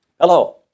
hello